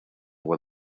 agua